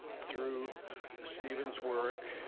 through stephen's work,